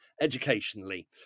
educationally